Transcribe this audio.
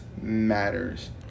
matters